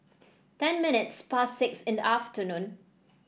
ten minutes past six in the afternoon